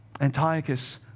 Antiochus